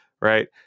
right